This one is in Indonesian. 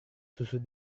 susu